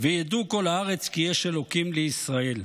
וידעו כל הארץ כי יש אלהים לישראל".